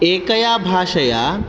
एकया भाषया